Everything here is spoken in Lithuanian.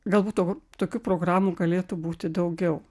galbūt to tokių programų galėtų būti daugiau